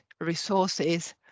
resources